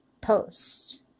post